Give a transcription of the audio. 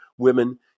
women